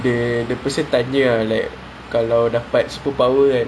the deposit ten year leh carlo despite superpower right